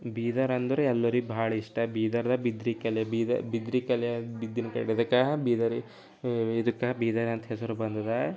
ಬೀದರ್ ಅಂದ್ರೆ ಎಲ್ಲರಿಗೂ ಭಾಳ ಇಷ್ಟ ಬೀದರ್ದಾಗೆ ಬಿದರೀ ಕಲೆ ಬೀದರ್ ಬಿದರೀ ಕಗೆ ಇದಕ್ಕೆ ಬೀದರ್ ಅಂತ ಹೆಸರು ಬಂದದ